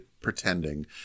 pretending